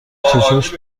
چشاش